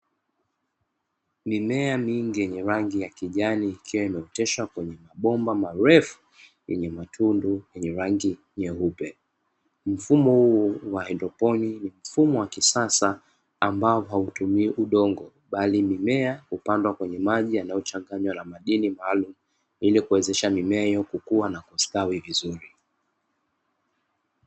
Mimea mingi yenye rangi ya kijani ikiwa imeoteshwa kwenye mabomba marefu yenye matundu yenye rangi nyeupe, mfumo huu wa haidroponi ni mfumo wa kisasa ambao hautumii udongo bali mimea hupandwa kwenye maji yanayochanganywa na madini maalumu ili kuwezesha mimea hiyo kukua na kustawi vizuri.